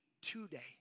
today